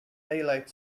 daylight